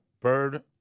Bird